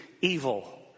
evil